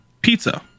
pizza